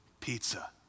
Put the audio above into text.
pizza